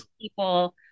people